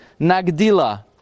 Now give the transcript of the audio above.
Nagdila